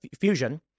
fusion